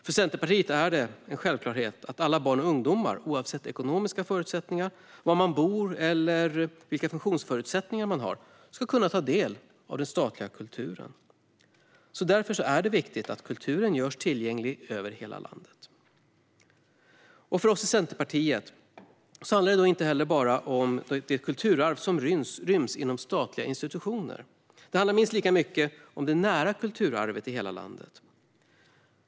För Centerpartiet är det en självklarhet att alla barn och ungdomar oavsett ekonomiska förutsättningar, var de bor eller vilka funktionsförutsättningar de har ska kunna ta del av den statliga kulturen. Därför är det viktigt att kulturen görs tillgänglig över hela landet. För oss i Centerpartiet handlar det inte bara om det kulturarv som ryms inom statliga institutioner. Det handlar minst lika mycket om det nära kulturarvet i hela landet.